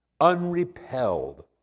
unrepelled